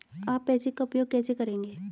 आप पैसे का उपयोग कैसे करेंगे?